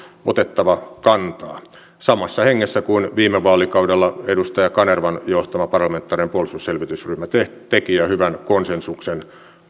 otettava kantaa samassa hengessä kuin viime vaalikaudella edustaja kanervan johtama parlamentaarinen puolustusselvitysryhmä teki ja hyvän konsensuksen